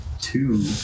two